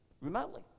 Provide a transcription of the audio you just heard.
Remotely